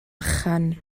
bychan